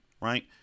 right